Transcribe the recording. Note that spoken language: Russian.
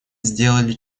сделали